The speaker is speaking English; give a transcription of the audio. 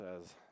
says